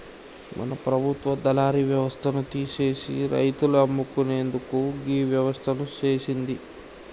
మన ప్రభుత్వ దళారి యవస్థను తీసిసి రైతులు అమ్ముకునేందుకు గీ వ్యవస్థను సేసింది